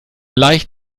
leicht